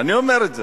אני אומר את זה.